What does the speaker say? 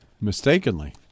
Mistakenly